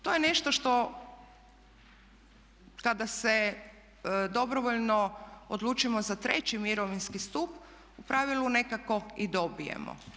To je nešto kada se dobrovoljno odlučimo za treći mirovinski stup u pravilu nekako i dobijemo.